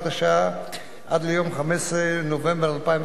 השעה עד ליום 15 בנובמבר 2011 בלבד.